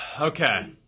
Okay